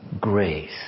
grace